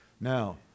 now